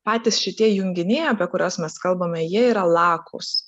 patys šitie junginiai apie kuriuos mes kalbame jie yra lakūs